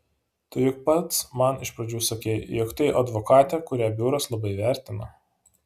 tu juk pats man iš pradžių sakei jog tai advokatė kurią biuras labai vertina